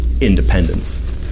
independence